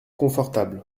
confortable